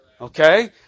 Okay